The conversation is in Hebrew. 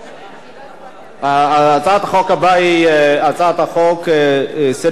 28. הצעת חוק גמול התמדה לחיילים בשירות סדיר ולמתנדבים